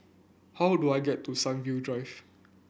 how do I get to Sunview Drive